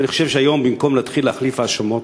ואני חושב שהיום, במקום להתחיל להחליף האשמות,